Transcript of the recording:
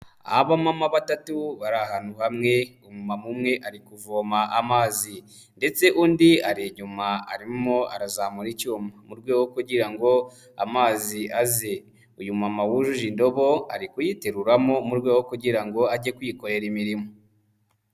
Abamama batatu bari ahantu hamwe, umumama umwe ari kuvoma amazi ndetse undi ari inyuma arimo arazamura icyuma mu rwego kugira ngo amazi aze, uyu mumama wujuje indobo, ari kuyiteruramo mu rwego kugira ngo ajye kwikorera imirimo.